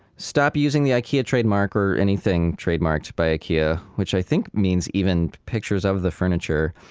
stop using the ikea trademark or anything trademarked by ikea, which i think means even pictures of the furniture.